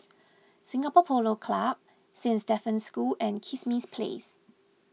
Singapore Polo Club Saint Stephen's School and Kismis Place